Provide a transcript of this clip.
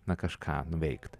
na kažką nuveikt